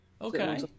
Okay